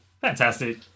Fantastic